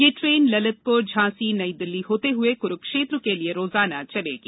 यह ट्रेन ललितपुर झांसी नई दिल्ली होते हुए कुरुक्षेत्र के लिए रोजाना चलेगी